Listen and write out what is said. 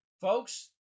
Folks